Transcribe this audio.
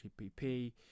GPP